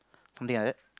something like that